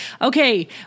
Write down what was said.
okay